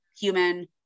human